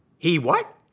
he what?